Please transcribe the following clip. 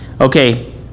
Okay